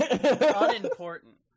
Unimportant